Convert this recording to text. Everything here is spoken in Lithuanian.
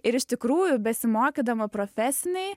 ir iš tikrųjų besimokydama profesinei